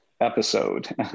episode